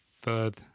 third